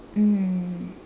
mm